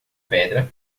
pedra